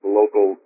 local